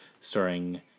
starring